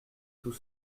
tout